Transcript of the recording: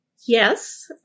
yes